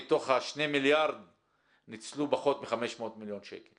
מתוך ה-2 מיליארד נוצלו פחות מ-500 מיליון שקל